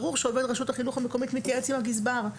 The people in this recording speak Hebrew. ברור שעובד רשות החינוך המקומית מתייעץ עם הגזבר,